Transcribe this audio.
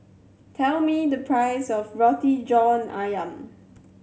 tell me the price of Roti John Ayam